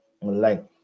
online